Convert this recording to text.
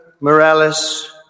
Morales